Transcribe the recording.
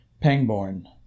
Pangborn